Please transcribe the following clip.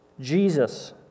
Jesus